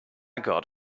got